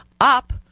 up